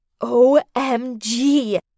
OMG